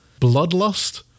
bloodlust